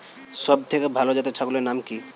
সবথেকে ভালো জাতের ছাগলের নাম কি?